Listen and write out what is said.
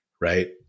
right